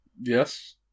Yes